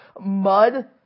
mud